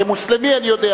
הוא אמר: כמוסלמי אני יודע.